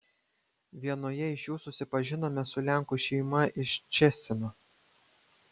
vienoje iš jų susipažinome su lenkų šeima iš ščecino